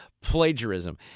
plagiarism